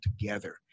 together